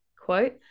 Quote